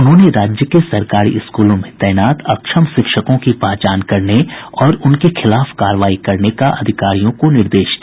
उन्होंने राज्य के सरकारी स्कूलों में तैनात अक्षम शिक्षकों की पहचान करने और उनके खिलाफ कार्रवाई करने का भी अधिकारियों को निर्देश दिया